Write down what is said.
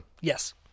Yes